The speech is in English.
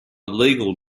legal